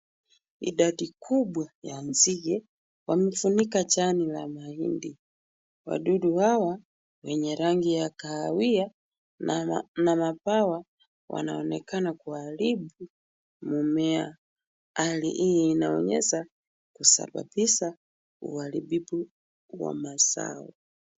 Idadi kubwa la nzige wamefunika jani la mahindi. Wadudu hawa wenye rangi ya kahawia na mabawa wanaonekana kuharibu mimea. Hali hii inaonyesha kusababisha uharibifu wa mazao.